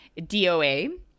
DOA